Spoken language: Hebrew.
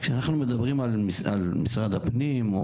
כשאנחנו מדברים על משרד הפנים,